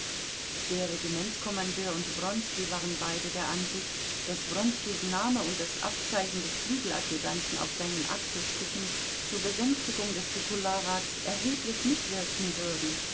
der regimentskommandeur und wronski waren beide der ansicht daß wronskis name und das abzeichen des flügeladjutanten auf seinen achselstücken zur besänftigung des titularrates erheblich mitwirken würden